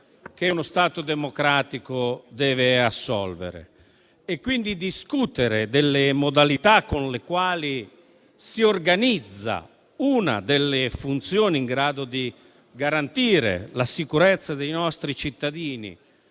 cui uno Stato democratico deve assolvere. E quindi discutere delle modalità con le quali si organizza una delle funzioni in grado di garantire la sicurezza dei nostri cittadini,